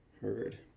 ...heard